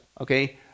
okay